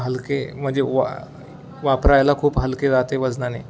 हलके म्हणजे वा वापरायला खूप हलके रहाते वजनाने